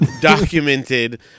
documented